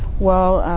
well,